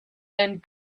and